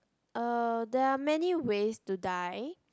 uh there are many ways to die